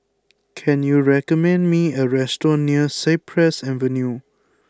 can you recommending me a restaurant near Cypress Avenue